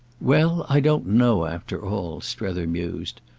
well, i don't know, after all, strether mused.